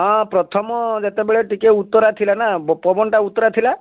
ହଁ ପ୍ରଥମ ଯେତେବେଳ ଟିକିଏ ଉତ୍ତରା ଥିଲା ନା ପବନଟା ଉତ୍ତରା ଥିଲା